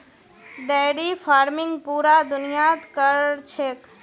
dairy farming पूरा दुनियात क र छेक